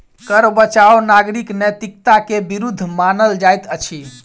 कर बचाव नागरिक नैतिकता के विरुद्ध मानल जाइत अछि